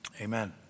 Amen